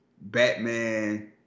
Batman